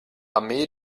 armee